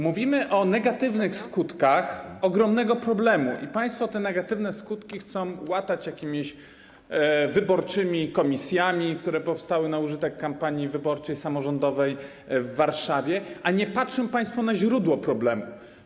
Mówimy o negatywnych skutkach ogromnego problemu, a państwo te negatywne skutki chcą łatać jakimiś wyborczymi komisjami, które powstały na użytek kampanii wyborczej samorządowej w Warszawie, a nie patrzą państwo na źródło problemu.